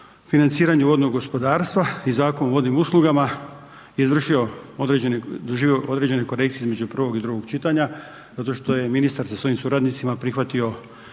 financiranju vodnog gospodarstva i Zakon o vodnim uslugama je izvršio, doživio određene korekcije između prvog i drugog čitanja zato što je ministar sa svojim suradnicima prihvatio